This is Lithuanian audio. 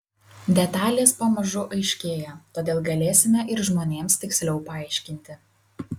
detalės pamažu aiškėja todėl galėsime ir žmonėms tiksliau paaiškinti